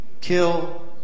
kill